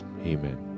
Amen